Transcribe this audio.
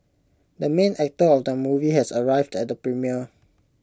the main actor of the movie has arrived at the premiere